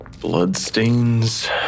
Bloodstains